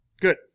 Good